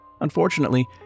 Unfortunately